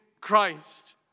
Christ